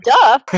duh